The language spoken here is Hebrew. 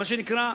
מה שנקרא,